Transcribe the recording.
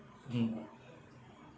mm